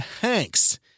Hanks